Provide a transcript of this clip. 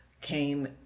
came